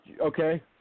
Okay